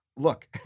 Look